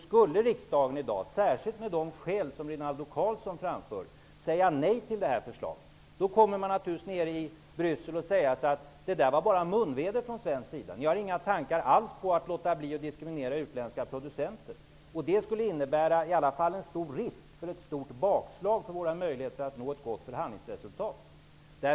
Skulle riksdagen i dag säga nej till det här förslaget -- och särskilt om man gör det med de skäl som Rinaldo Karlsson framför -- kommer man nere i Bryssel naturligtvis att säga sig att detta bara var munväder från svensk sida och att vi inte alls har några tankar på att låta bli att diskriminera utländska producenter. Det skulle i alla fall innebära en stor risk för bakslag och minska våra möjligheter att nå ett gott förhandlingsresultat.